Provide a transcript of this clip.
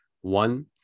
one